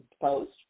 Post